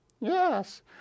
Yes